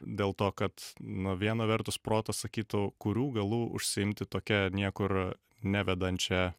dėl to kad nu viena vertus protas sakytų kurių galų užsiimti tokia niekur nevedančia